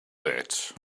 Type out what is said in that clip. that